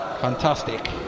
Fantastic